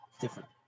Different